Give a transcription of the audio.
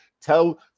Tell